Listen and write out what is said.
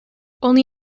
only